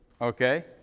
Okay